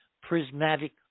prismatic